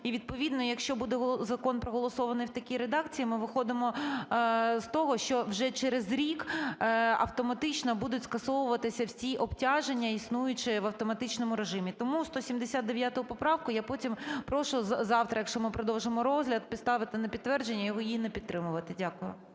і відповідно, якщо буде закон проголосований в такій редакції, ми виходимо з того, що вже через рік автоматично будуть скасовуватися всі обтяження, існуючі в автоматичному режимі. Тому 179 поправку я потім прошу завтра, якщо ми продовжимо розгляд, поставити на підтвердження і її не підтримувати. Дякую.